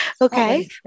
okay